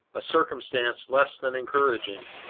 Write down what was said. a circumstance less than encouraging.